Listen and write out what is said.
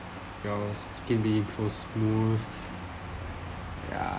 your skin be so smooth ya